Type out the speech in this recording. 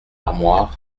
armoire